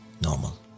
normal